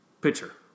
pitcher